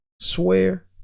swear